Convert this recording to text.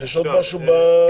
יש עוד משהו בתקנות?